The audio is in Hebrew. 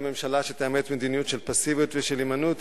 גם ממשלה שתאמץ מדיניות של פסיביות ושל הימנעות